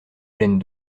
pleines